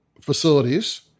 facilities